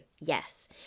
Yes